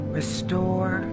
restore